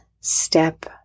step